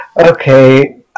Okay